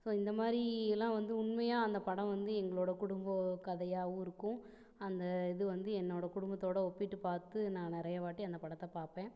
so இந்த மாதிரி எல்லாம் வந்து உண்மையாக அந்த படம் வந்து எங்களோட குடும்ப கதையாவும் இருக்கும் அந்த இது வந்து என்னோட குடும்பத்தோட ஒப்பிட்டு பார்த்து நான் நிறைய வாட்டி அந்த படத்தை பார்ப்பேன்